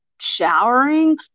showering